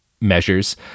measures